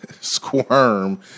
squirm